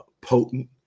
potent